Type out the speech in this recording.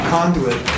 Conduit